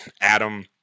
Adam